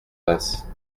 basse